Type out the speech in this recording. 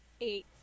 eight